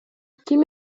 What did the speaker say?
ким